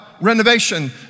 renovation